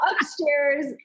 upstairs